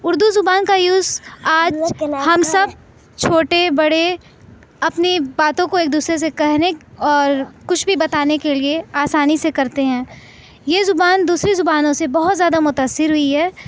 اردو زبان کا یوز آج ہم سب چھوٹے بڑے اپنے باتوں کو ایک دوسرے سے کہنے اور کچھ بھی بتانے کے لیے آسانی سے کرتے ہیں یہ زبان دوسری زبانوں سے بہت زیادہ متاثر ہوئی ہے